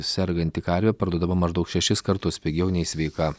serganti karvė parduodama maždaug šešis kartus pigiau nei sveika